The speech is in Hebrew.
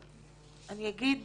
אני אגיד